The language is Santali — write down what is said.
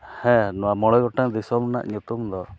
ᱦᱮᱸ ᱱᱚᱣᱟ ᱢᱚᱬᱮ ᱜᱚᱴᱟᱝ ᱫᱤᱥᱚᱢ ᱨᱮᱱᱟᱜ ᱧᱩᱛᱩᱢ ᱫᱚ